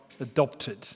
adopted